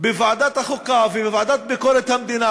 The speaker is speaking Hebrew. בוועדת החוקה ובוועדת ביקורת המדינה,